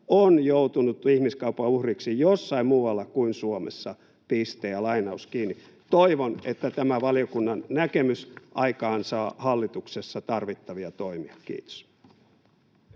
on joutunut ihmiskaupan uhriksi jossain muualla kuin Suomessa”. Toivon, että tämä valiokunnan näkemys aikaansaa hallituksessa tarvittavia toimia. — Kiitos.